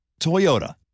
Toyota